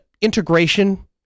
integration